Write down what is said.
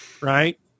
right